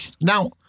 Now